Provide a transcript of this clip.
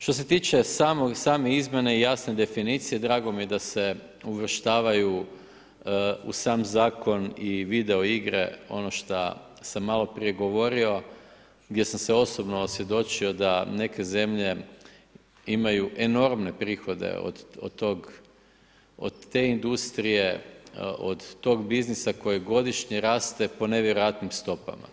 Šta se tiče same izmjene i jasne definicije, drago mi je da se uvrštavaju u sam zakon i videoigre, ono šta sam maloprije govorio, gdje sam se osobno osvjedočio da mnoge zemlje imaju enormne prihode od te industrije, od tog biznisa koji godišnje raste po nevjerojatnim stopama.